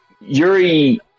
Yuri